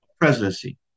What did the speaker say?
presidency